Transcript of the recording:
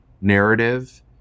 narrative